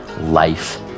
life